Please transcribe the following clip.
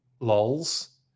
lols